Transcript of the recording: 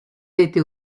était